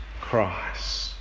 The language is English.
Christ